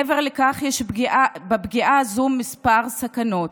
מעבר לכך, יש בפגיעה זו כמה סכנות: